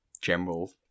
general